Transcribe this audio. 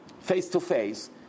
face-to-face